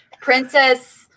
Princess